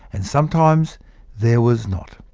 and sometimes there was not.